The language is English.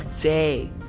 day